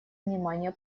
внимание